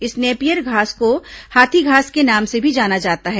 इस नेपियर घास को हाथी घास के नाम से भी जाना जाता है